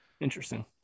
Interesting